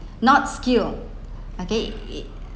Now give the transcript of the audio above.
not skill okay it